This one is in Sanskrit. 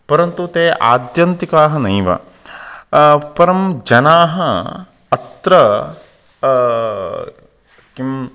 परन्तु ते आत्यन्तिकाः नैव परं जनाः अत्र किम्